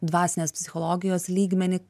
dvasinės psichologijos lygmenį